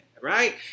right